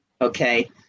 Okay